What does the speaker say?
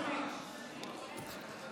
סגרתם עם אלקין?